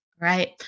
right